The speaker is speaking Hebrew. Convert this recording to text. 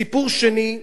סיפור שני,